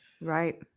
Right